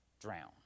drown